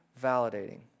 validating